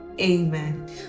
Amen